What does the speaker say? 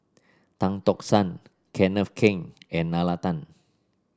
Tan Tock San Kenneth Keng and Nalla Tan